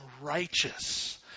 righteous